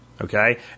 Okay